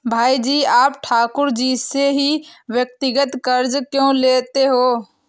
भाई जी आप ठाकुर जी से ही व्यक्तिगत कर्ज क्यों लेते हैं?